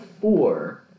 four